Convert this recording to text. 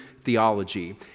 theology